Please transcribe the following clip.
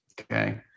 okay